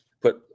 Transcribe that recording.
put